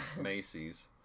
macy's